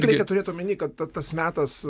reikia turėt omenyje kad ta tas metas